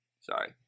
sorry